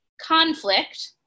conflict